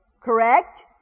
correct